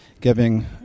giving